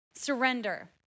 Surrender